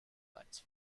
lights